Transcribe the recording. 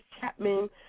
Chapman